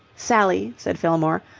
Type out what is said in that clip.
sally, said fillmore,